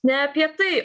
ne apie tai